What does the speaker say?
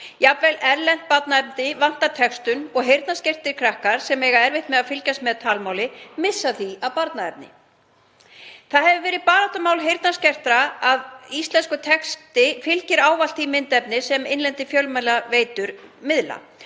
Jafnvel erlent barnaefni vantar textun og heyrnarskertir krakkar, sem eiga erfitt með að fylgjast með talmáli, missa því af barnaefni. Það hefur verið baráttumál heyrnarskertra að íslenskur texti fylgi ávallt því myndefni sem innlendar fjölmiðlaveitur miðla,